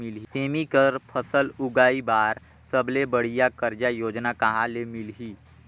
सेमी के फसल उगाई बार सबले बढ़िया कर्जा योजना कहा ले मिलही?